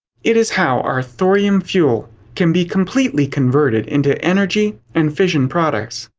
it is how our thorium fuel can be completely converted into energy and fission products.